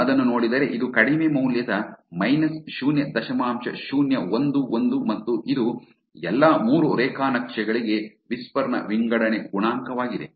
ನೀವು ಅದನ್ನು ನೋಡಿದರೆ ಇದು ಕಡಿಮೆ ಮೌಲ್ಯದ ಮೈನಸ್ ಶೂನ್ಯ ದಶಮಾಂಶ ಶೂನ್ಯ ಒಂದು ಒಂದು ಮತ್ತು ಇದು ಎಲ್ಲಾ ಮೂರು ರೇಖಾ ನಕ್ಷೆಗಳಿಗೆ ವಿಸ್ಪರ್ ನ ವಿಂಗಡಣೆ ಗುಣಾಂಕವಾಗಿದೆ